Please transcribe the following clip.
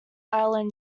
island